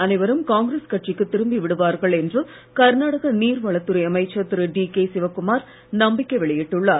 அனைவரும் காங்கிரஸ் கட்சிக்கு திரும்பி விடுவார்கள் என்று கர்நாடக நீர் வளத்துறை அமைச்சர் திரு டி கே சிவகுமார் நம்பிக்கை வெளியிட்டுள்ளார்